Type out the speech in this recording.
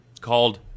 Called